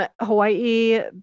Hawaii